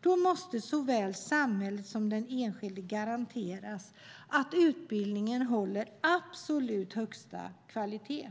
Då måste såväl samhället som den enskilde garanteras att utbildningen håller absolut högsta kvalitet.